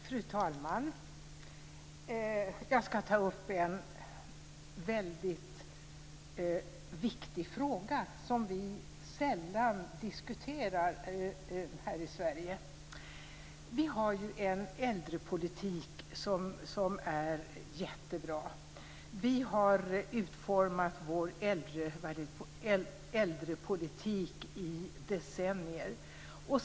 Fru talman! Jag ska ta upp en mycket viktig fråga som vi sällan diskuterar här i Sverige. Vi har en äldrepolitik som är mycket bra. Vi har utformat vår äldrepolitik i decennier.